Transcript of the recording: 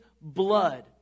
blood